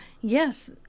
Yes